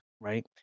right